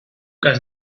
cas